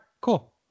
cool